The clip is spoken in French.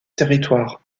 territoire